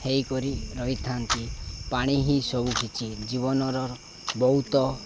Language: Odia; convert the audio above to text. ହୋଇକରି ରହିଥାନ୍ତି ପାଣି ହିଁ ସବୁକିଛି ଜୀବନର ବହୁତ